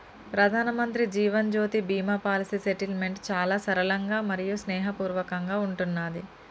ప్రధానమంత్రి Jeevan Jyoti Bima policy settlement చాలా సరళంగా మరియు స్నేహపూర్వకంగా ఉంటున్నాది